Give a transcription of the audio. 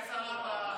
אין שרה.